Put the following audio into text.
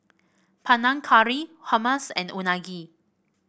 Panang Curry Hummus and Unagi